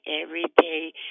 everyday